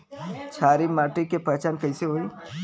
क्षारीय माटी के पहचान कैसे होई?